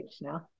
now